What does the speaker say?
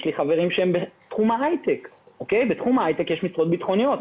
יש לי חברים בתחום ההיטק ויש שם משרות ביטחוניות,